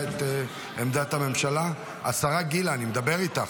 אני מדבר איתך.